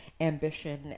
ambition